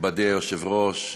נכבדי היושב-ראש,